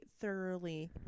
thoroughly